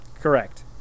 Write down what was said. Correct